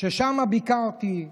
ששם ביקרתי,